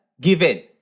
Given